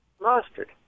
Mustard